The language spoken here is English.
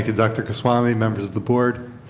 dr. gotswami, members of the board.